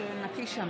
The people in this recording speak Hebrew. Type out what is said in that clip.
מצביע יואב קיש,